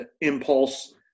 impulse